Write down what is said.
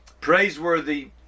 praiseworthy